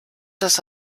das